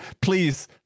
Please